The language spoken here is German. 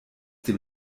dem